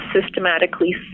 systematically